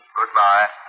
Goodbye